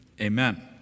amen